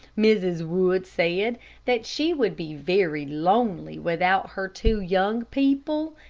mrs. wood said that she would be very lonely without her two young people,